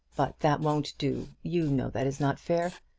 but that won't do. you know that is not fair.